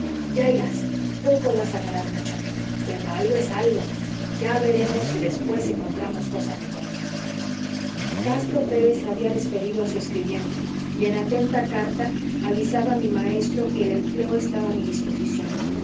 ya irás poco vas a ganar muchacho pero algo es algo ya veremos si después encontramos cosa mejor castro pérez había despedido a su escribiente y en atenta carta avisaba a mi maestro que el empleo estaba a mi disposición